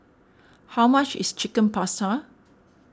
how much is Chicken Pasta